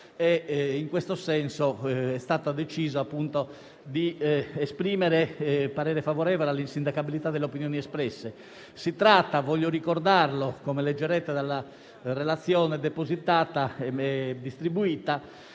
in questo senso, si è deciso di esprimere parere favorevole all'insindacabilità delle opinioni espresse. Voglio ricordare che, come leggerete nella relazione depositata e distribuita,